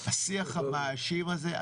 השיח המאשים הזה,